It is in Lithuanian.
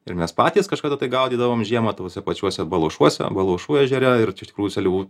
ir mes patys kažkada tai gaudydavom žiemą tuose pačiuose baluošuose baluošų ežere ir tų seliavų